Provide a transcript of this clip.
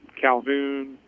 Calhoun